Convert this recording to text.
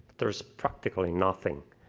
there's practically nothing.